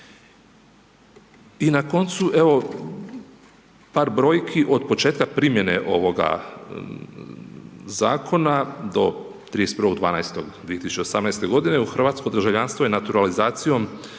I na koncu evo par brojki od početka primjene ovoga zakona do 31.12.2018. godine u hrvatsko državljanstvo je naturalizacijom